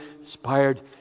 inspired